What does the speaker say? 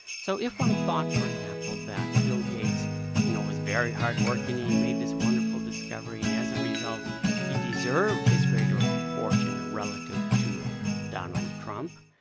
so if one thought, for example that bill gates you know was very hard-working, he and made this wonderful discovery and as a result he deserved his greater fortune relative to donald trump.